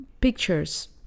pictures